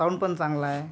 sound पण चांगला आहे